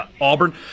Auburn